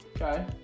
Okay